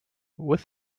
with